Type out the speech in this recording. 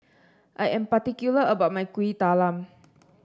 I am particular about my Kuih Talam